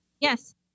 Yes